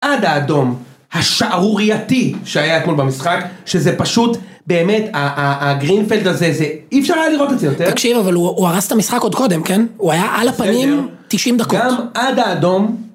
עד האדום, השערורייתי שהיה אתמול במשחק, שזה פשוט, באמת, הגרינפלד הזה, זה... אי אפשר היה לראות את זה יותר. תקשיב, אבל הוא הרס את המשחק עוד קודם, כן! הוא היה על הפנים 90 דקות. גם עד האדום...